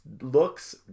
looks